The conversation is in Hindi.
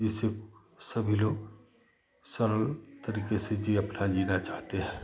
जिससे सभी लोग सरल तरीके से जी अपना जीना चाहते हैं